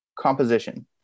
composition